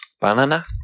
Banana